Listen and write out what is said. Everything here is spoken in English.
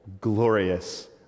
glorious